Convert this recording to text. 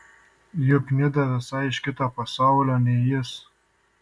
juk nida visai iš kito pasaulio nei jis